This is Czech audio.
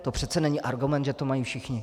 To přece není argument, že to mají všichni.